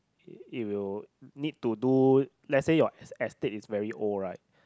it it will need to do let's say your es~ estate is very old right